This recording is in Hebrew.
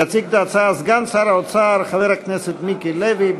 יציג את ההצעה סגן שר האוצר, חבר הכנסת מיקי לוי.